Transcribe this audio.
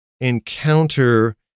encounter